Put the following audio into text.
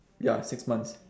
ya six months